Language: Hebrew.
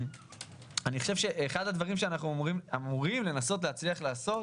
אני חושב שאחד הדברים שאנחנו אמורים לנסות להצליח לעשות